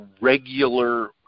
regular